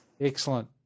Excellent